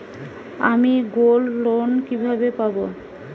আমি গোল্ডলোন কিভাবে পাব?